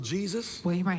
Jesus